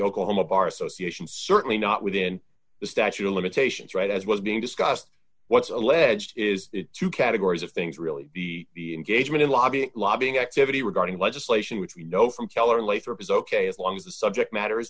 oklahoma bar association certainly not within the statute of limitations right as was being discussed what's alleged is two categories of things really be the engagement in lobbying lobbying activity regarding legislation which we know from keller later is ok as long as the subject matter is